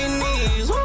knees